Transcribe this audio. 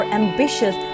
ambitious